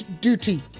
duty